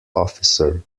officer